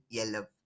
Yellow